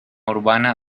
urbana